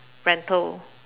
rental